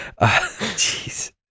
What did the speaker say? Jeez